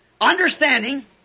understanding